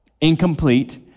Incomplete